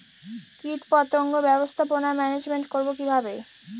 কীটপতঙ্গ ব্যবস্থাপনা ম্যানেজমেন্ট করব কিভাবে?